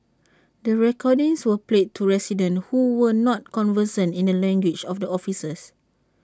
the recordings were played to residents who were not conversant in the language of the officers